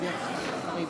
חברי חברות